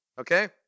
okay